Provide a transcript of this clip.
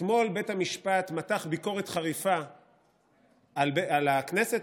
אתמול בית המשפט מתח ביקורת חריפה על הכנסת,